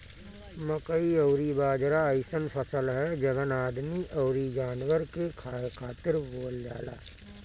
मकई अउरी बाजरा अइसन फसल हअ जवन आदमी अउरी जानवर के खाए खातिर बोअल जाला